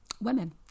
women